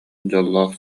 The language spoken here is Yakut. дьоллоох